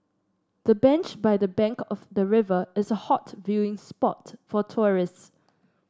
the bench by the bank of the river is a hot viewing spot for tourist